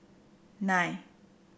nine